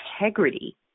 integrity